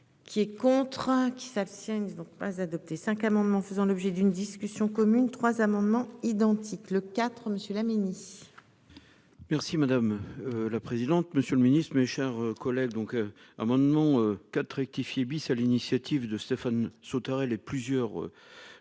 Qui est contraint. Ils s'abstiennent donc pas adopté 5 amendements faisant l'objet d'une discussion commune. Trois amendements identiques le IV monsieur la. Merci madame la présidente. Monsieur le Ministre, mes chers collègues donc. Amendement 4 rectifié bis à l'initiative de Stéphane Sautarel et plusieurs. D'entre